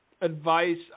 advice